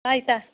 ꯇꯥꯏ ꯇꯥꯏ